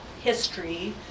history